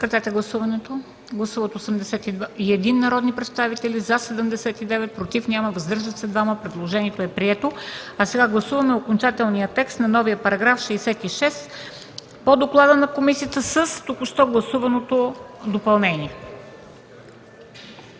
сега гласуваме окончателния текст на новия § 66 по доклада на комисията с току-що гласуваното допълнение.